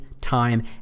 time